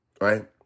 right